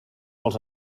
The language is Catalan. els